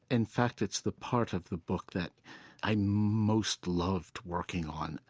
in fact, it's the part of the book that i most loved working on.